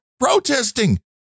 protesting